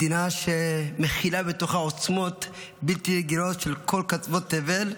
מדינה שמכילה עוצמות בלתי רגילות של קצוות תבל.